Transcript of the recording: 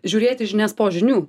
žiūrėti žinias po žinių